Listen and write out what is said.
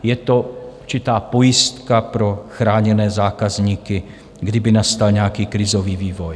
Je to určitá pojistka pro chráněné zákazníky, kdyby nastal nějaký krizový vývoj.